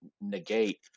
negate